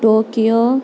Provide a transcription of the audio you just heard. Tokyo